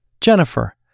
Jennifer